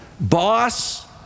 Boss